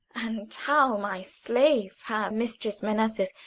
and how my slave, her mistress, menaceth?